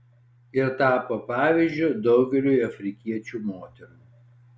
ir tapo pavyzdžiu daugeliui afrikiečių moterų